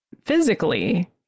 physically